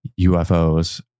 UFOs